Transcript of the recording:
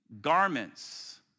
garments